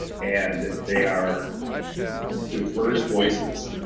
and they are diverse voices.